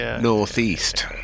northeast